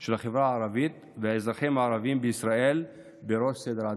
של החברה הערבית והאזרחים הערבים בישראל בראש סדר העדיפויות,